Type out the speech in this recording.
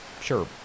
sure